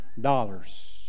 dollars